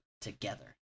together